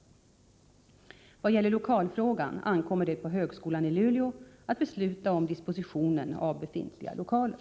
I vad gäller lokalfrågan ankommer det på högskolan i Luleå att besluta om dispositionen av befintliga lokaler.